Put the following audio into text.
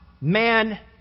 man